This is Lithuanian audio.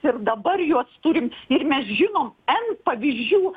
ir dabar juos turim ir mes žinom en pavyzdžių